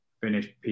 finish